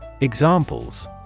Examples